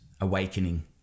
awakening